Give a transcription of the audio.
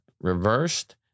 reversed